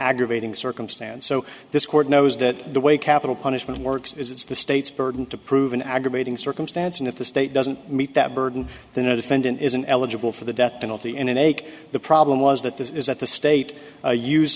aggravating circumstance so this court knows that the way capital punishment works is it's the state's burden to prove an aggravating circumstance and if the state doesn't meet that burden than a defendant isn't eligible for the death penalty in an ache the problem was that this is that the state u